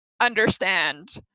understand